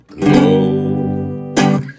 go